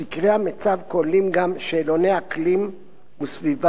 סקרי המיצ"ב כוללים גם שאלוני אקלים וסביבה